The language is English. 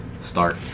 Start